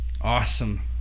Awesome